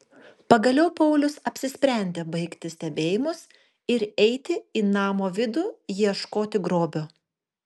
pagaliau paulius apsisprendė baigti stebėjimus ir eiti į namo vidų ieškoti grobio